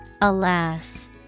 Alas